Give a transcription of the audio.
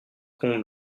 comble